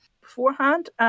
beforehand